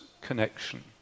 connection